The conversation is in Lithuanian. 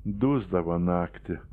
dusdavo naktį